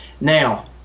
Now